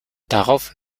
darauf